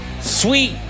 Sweet